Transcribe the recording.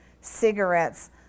cigarettes